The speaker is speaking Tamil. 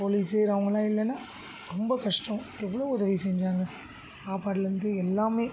போலீஸ்ஸு அவங்களாம் இல்லைன்னா ரொம்ப கஷ்டம் எவ்வளோ உதவி செஞ்சாங்க சாப்பாட்டிலருந்து எல்லாமே